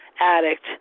addict